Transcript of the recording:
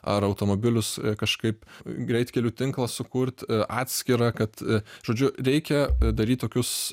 ar automobilius kažkaip greitkelių tinklą sukurt atskirą kad žodžiu reikia daryt tokius